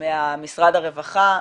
ממשרד הרווחה,